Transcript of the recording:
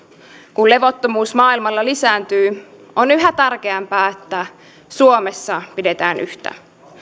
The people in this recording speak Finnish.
kun levottomuus maailmalla lisääntyy on yhä tärkeämpää että suomessa pidetään yhtä